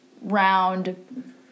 round